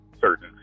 certain